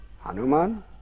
Hanuman